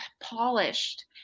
polished